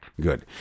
Good